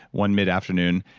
one mid afternoon.